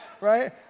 Right